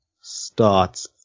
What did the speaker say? starts